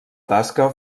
tasca